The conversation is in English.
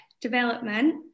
development